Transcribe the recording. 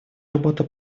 работа